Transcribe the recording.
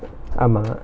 ஆமா:aamaa